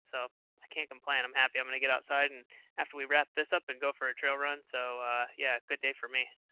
so i can't complain. i'm happy. i'm going to get outside and after we wrap this up and go for a trail run, so yeah, good day for me.